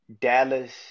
Dallas